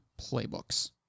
playbooks